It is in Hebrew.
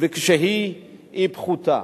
היא פחותה.